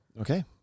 Okay